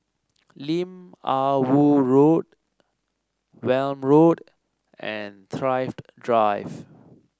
Lim Ah Woo Road Welm Road and Thrift Drive